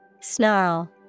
Snarl